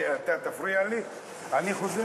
אדוני